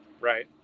Right